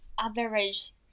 average